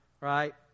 right